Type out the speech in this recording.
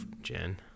Jen